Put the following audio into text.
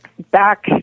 Back